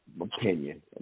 opinion